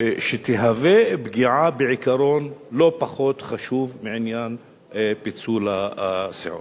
תהיה פגיעה בעיקרון לא פחות חשוב מעניין פיצול הסיעות,